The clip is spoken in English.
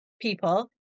people